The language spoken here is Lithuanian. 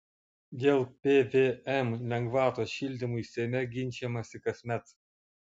dėl pvm lengvatos šildymui seime ginčijamasi kasmet